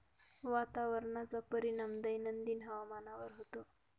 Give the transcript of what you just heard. वातावरणाचा परिणाम दैनंदिन हवामानावर होतो